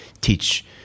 teach